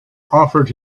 offered